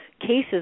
cases